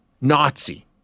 Nazi